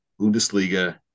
Bundesliga